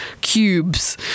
cubes